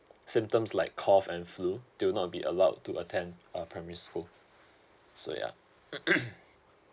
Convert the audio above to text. symptoms like cough and flu they will not be allowed to attend uh primary school so yeah mm